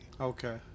Okay